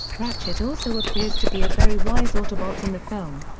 ratchet also appears to be a very wise autobot in the film.